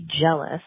jealous